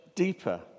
deeper